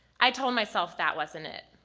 i told myself that wasn't it.